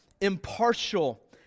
impartial